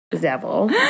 devil